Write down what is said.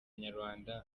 nyarwanda